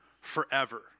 forever